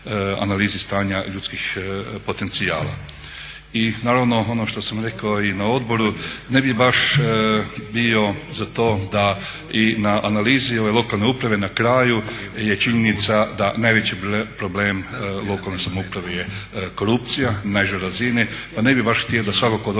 analizi stanja ljudskih potencijala. I naravno ono što sam rekao i na odboru ne bih baš bio za to da i na analizi ove lokalne uprave na kraju je činjenica da najveći problem u lokalnoj samoupravi je korupcija na nižoj razini. Pa ne bih baš htio da svatko tko